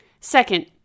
Second